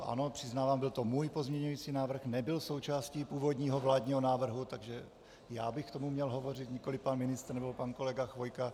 Ano, přiznávám, byl to můj pozměňující návrh, nebyl součástí původního vládního návrhu, takže já bych k tomu měl hovořit, nikoliv pan ministr nebo pan kolega Chvojka.